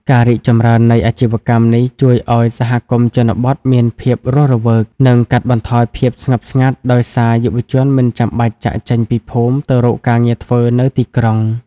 ការរីកចម្រើននៃអាជីវកម្មនេះជួយឱ្យ "សហគមន៍ជនបទមានភាពរស់រវើក" និងកាត់បន្ថយភាពស្ងប់ស្ងាត់ដោយសារយុវជនមិនចាំបាច់ចាកចេញពីភូមិទៅរកការងារធ្វើនៅទីក្រុង។